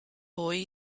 boy